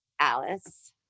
Alice